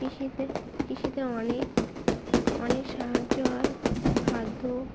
কৃষিতে কৃষিতে অনেক অনেক সাহায্য হয় খাদ্য